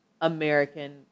American